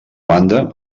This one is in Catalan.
banda